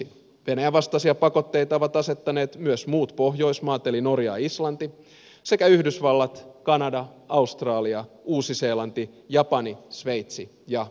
venäjän vastaisia pakotteita ovat asettaneet myös muut pohjoismaat eli norja ja islanti sekä yhdysvallat kanada australia uusi seelanti japani sveitsi ja albania